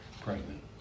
pregnant